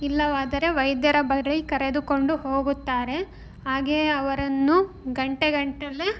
ಇಲ್ಲವಾದರೆ ವೈದ್ಯರ ಬಳಿ ಕರೆದುಕೊಂಡು ಹೋಗುತ್ತಾರೆ ಹಾಗೆಯೇ ಅವರನ್ನು ಗಂಟೆಗಟ್ಟಲೆ